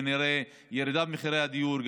ונראה ירידה במחירי הדיור,